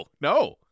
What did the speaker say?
No